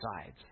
sides